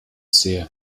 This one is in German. sehe